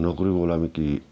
नौकरी कोला मिगी